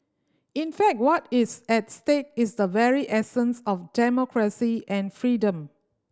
in fact what is at stake is the very essence of democracy and freedom